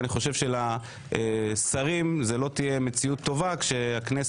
אני חושב שלשרים זאת לא תהיה מציאות טובה שהכנסת,